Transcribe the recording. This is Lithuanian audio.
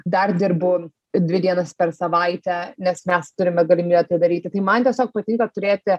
dar dirbu dvi dienas per savaitę nes mes turime galimybę tai daryti tai man tiesiog patinka turėti